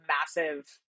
massive